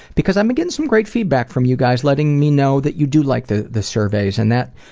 because i've been getting some great feedback from you guys, letting me know that you do like the the surveys and that,